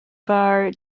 bhfear